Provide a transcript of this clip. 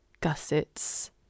gussets